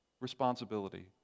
responsibility